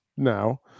now